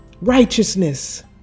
Righteousness